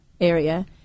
area